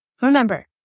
remember